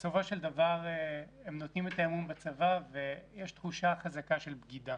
ובסופו של דבר הן נותנות את האמון בצבא אבל יש תחושה חזקה של בגידה.